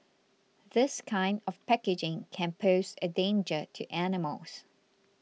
this kind of packaging can pose a danger to animals